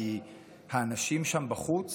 כי האנשים שם בחוץ